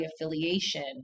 affiliation